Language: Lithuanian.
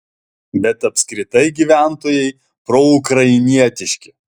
bet apskritai gyventojai proukrainietiški